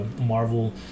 Marvel